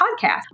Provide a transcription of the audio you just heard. podcast